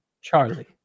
Charlie